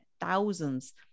thousands